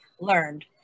learned